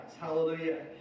Hallelujah